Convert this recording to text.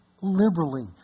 liberally